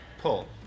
pull